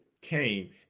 came